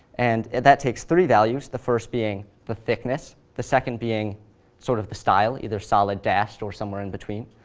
and that takes three values, the first being the thickness, the second being sort of the style, either solid dash or somewhere in between,